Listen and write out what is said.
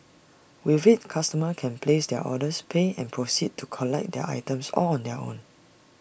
with IT customers can place their orders pay and proceed to collect their items all on their own